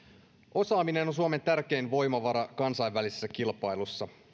osaaminen on suomen tärkein voimavara kansainvälisessä kilpailussa